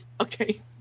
Okay